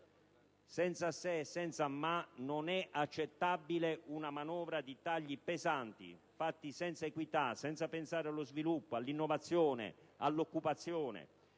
Senza se e senza ma non è accettabile una manovra di tagli pesanti fatti senza equità, senza pensare allo sviluppo, all'innovazione, all'occupazione.